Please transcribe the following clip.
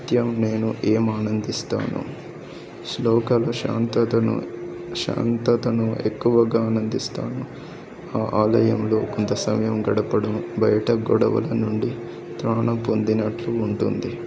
నృత్యం నేను ఏం ఆనందిస్తాను శ్లోకాల శాంతతను శాంతతను ఎక్కువగా ఆనందిస్తాను ఆ ఆలయంలో కొంత సమయం గడపడం బయట గొడవల నుండి ప్రాణం పొందినట్లు ఉంటుంది